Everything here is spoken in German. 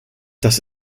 das